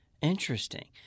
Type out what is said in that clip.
Interesting